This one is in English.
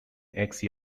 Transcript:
axe